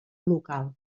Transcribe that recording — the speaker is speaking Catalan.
local